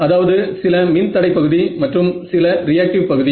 அதாவது சில மின் தடை பகுதி மற்றும் சில ரியாக்டிவ் பகுதி